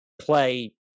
play